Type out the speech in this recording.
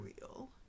real